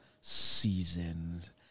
seasons